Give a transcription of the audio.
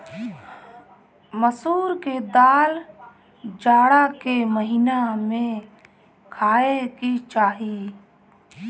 मसूर के दाल जाड़ा के महिना में खाए के चाही